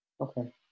Okay